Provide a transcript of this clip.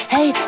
Hey